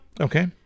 Okay